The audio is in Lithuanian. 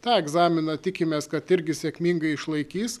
tą egzaminą tikimės kad irgi sėkmingai išlaikys